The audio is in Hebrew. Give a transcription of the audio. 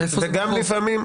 לפעמים,